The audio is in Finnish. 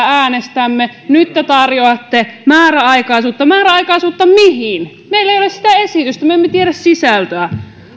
äänestämme nyt te tarjoatte määräaikaisuutta määräaikaisuutta mihin meillä ei ole sitä esitystä me emme tiedä sisältöä